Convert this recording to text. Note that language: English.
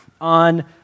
on